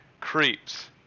creeps